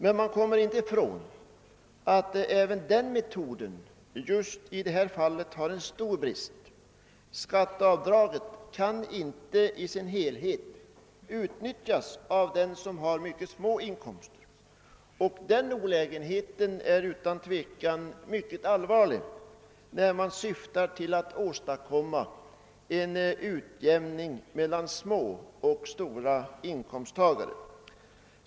Men man kommer inte ifrån att även den metoden just i det här fallet har en stor brist — skatteavdraget kan inte i sin helhet utnyttjas av den som har mycket små inkomster. Och den olägenheten är utan tvekan mycket allvarlig, när man syftar till att åstadkomma en utjämning emellan små och stora inkomsttagare.